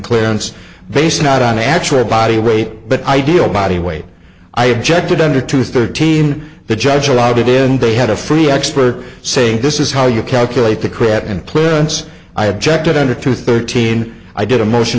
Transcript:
clearance based not on actual body weight but ideal body weight i objected under to thirteen the judge allowed it in and they had a free expert saying this is how you calculate the crip and clearance i objected under to thirteen i did a motion